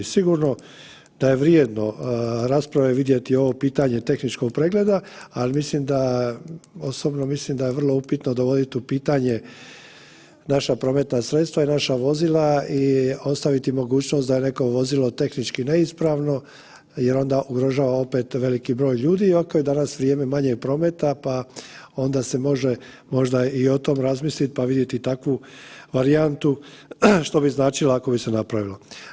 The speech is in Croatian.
Sigurno da je vrijedno rasprave vidjeti ovo pitanje tehničkog pregleda, ali mislim da, osobno mislim da je vrlo upitno dovoditi u pitanje naša prometna sredstva i naša prometna vozila i ostaviti mogućnost da je neko vozilo tehnički neispravno jer onda ugrožava, opet veliki broj ljudi, iako je danas vrijeme manjeg prometa pa onda se može možda i o tome razmisliti pa vidjeti i takvu varijantu što bi značilo ako bi se napravilo.